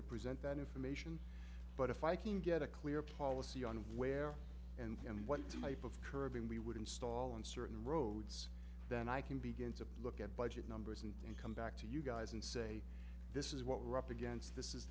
to present that information but if i can get a clear policy on where and what type of curbing we would install on certain roads then i can begin to look at budget numbers and come back to you guys and say this is what we're up against this is